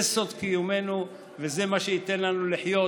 זה סוד קיומנו וזה מה שייתן לנו לחיות